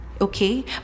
Okay